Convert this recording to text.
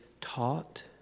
taught